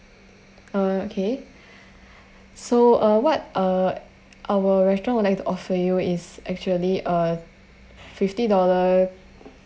uh okay so uh what uh our restaurant would like to offer you is actually a fifty dollar